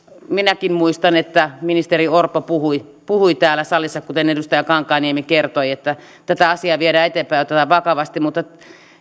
minäkin muistan että ministeri orpo puhui puhui täällä salissa kuten edustaja kankaanniemi kertoi että tätä asiaa viedään eteenpäin ja otetaan vakavasti mutta